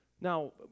Now